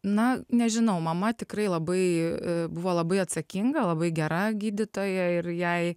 na nežinau mama tikrai labai buvo labai atsakinga labai gera gydytoja ir jai